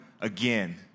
again